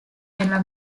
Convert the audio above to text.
della